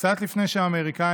קצת לפני שהאמריקאים